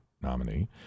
nominee